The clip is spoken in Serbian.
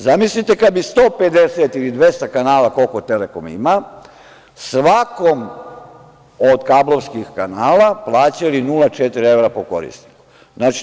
Zamislite kada bi 150 ili 200 kanala, koliko „Telekom“ ima, svakom od kablovskih kanala plaćali 0,4 evra po korisniku.